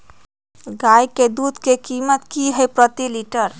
गाय के दूध के कीमत की हई प्रति लिटर?